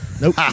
Nope